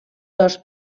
dos